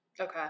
okay